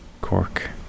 Cork